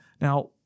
Now